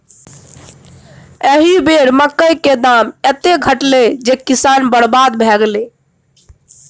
एहि बेर मकई क दाम एतेक घटलै जे किसान बरबाद भए गेलै